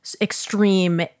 extreme